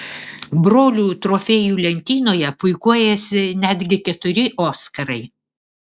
brolių trofėjų lentynoje puikuojasi netgi keturi oskarai